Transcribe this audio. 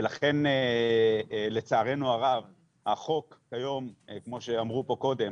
כלן לעצרנו הרב החוק כיום, כמו שאמרו פה קודם,